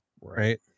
right